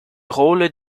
rôle